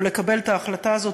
או לקבל את ההחלטה הזאת,